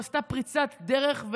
עשתה פריצת דרך,